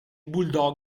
bulldog